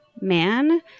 man